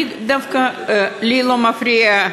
לי דווקא לא מפריע,